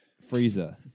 freezer